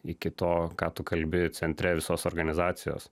iki to ką tu kalbi centre visos organizacijos